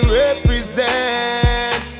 represent